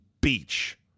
beach